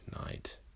night